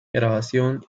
grabación